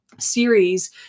series